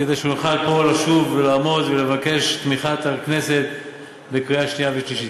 כדי שנוכל לשוב ולעמוד פה ולבקש את תמיכת הכנסת בקריאה שנייה ושלישית,